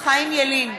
חיים ילין,